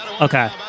okay